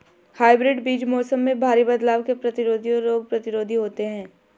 hybrid बीज मौसम में भारी बदलाव के प्रतिरोधी और रोग प्रतिरोधी होते हैं